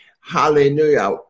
Hallelujah